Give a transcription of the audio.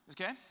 Okay